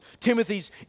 Timothy's